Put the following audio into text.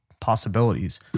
Possibilities